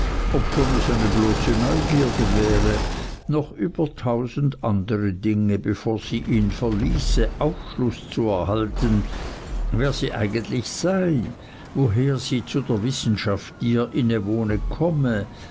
obschon es eine bloße neugierde wäre noch über tausend andere dinge bevor sie ihn verließe aufschluß zu erhalten wer sie eigentlich sei woher sie zu der wissenschaft die ihr inwohne komme